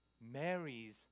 marries